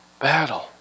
battle